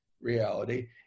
reality